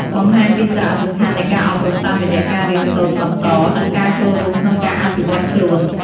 បង្ហាញពីសារៈសំខាន់នៃការអប់រំតាមរយៈការរៀនសូត្របន្ត និងការចូលរួមក្នុងការអភិវឌ្ឍខ្លួន។